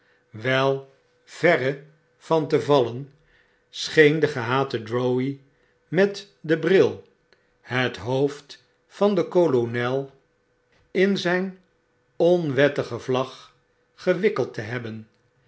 wei verre van te vallen scheen de gehate drowvey met den bril het hoofd van den kolonel in zyn onwettige vlag gewikkeld te hebben